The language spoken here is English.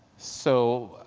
so,